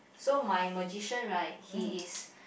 so my magician right he is